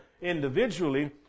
individually